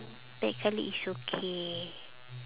black colour is okay